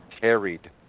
carried